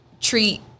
treat